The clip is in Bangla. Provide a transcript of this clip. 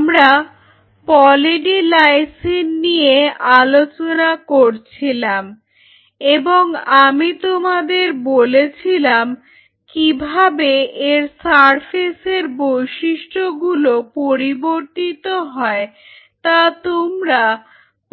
আমরা পলি ডি লাইসিন নিয়ে আলোচনা করছিলাম এবং আমি তোমাদের বলেছিলাম কিভাবে এর সারফেসের বৈশিষ্ট্যগুলো পরিবর্তিত হয় তা তোমরা